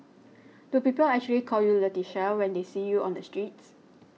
do people actually call you Leticia when they see you on the streets